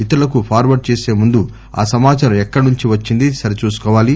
ఇతరులకు ఫార్వర్గ్ చేసే ముందు ఆ సమాచారం ఎక్కడి నుంచి వచ్చిందీ సరిచూసుకోవాలి